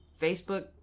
Facebook